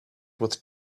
with